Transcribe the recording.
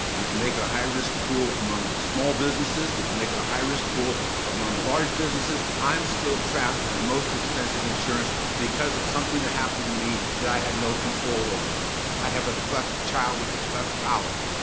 you can make it a high-risk pool among small businesses, you can make it a high-risk pool among large businesses i'm still trapped in the most expensive insurance because of something that happened to me that i had no control over i have a child with a cleft palate.